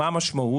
מה המשמעות?